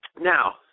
Now